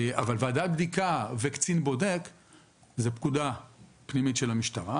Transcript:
אבל ועדת בדיקה וקצין בודק זאת פקודה פנימית של המשטרה,